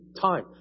time